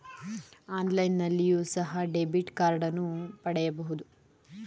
ಆನ್ಲೈನ್ನಲ್ಲಿಯೋ ಸಹ ಡೆಬಿಟ್ ಕಾರ್ಡನ್ನು ಪಡೆಯಬಹುದು